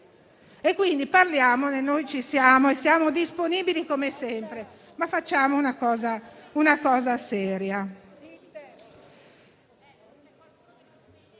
modo. Parliamone, noi ci siamo e siamo disponibili come sempre, ma facciamo una cosa seria.